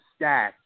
stats